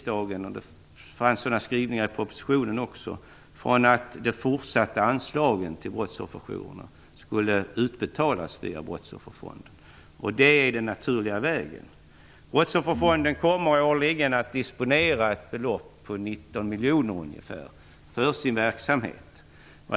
Det fanns också några skrivningar i propositionen. Det är den naturliga vägen. Brottsofferfonden kommer årligen att disponera ett belopp på ungefär 19 miljoner för sin verksamhet.